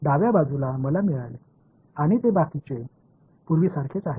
तर डाव्या बाजूला मला मिळाले आणि ते बाकीचे पूर्वीसारखेच आहे